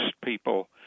people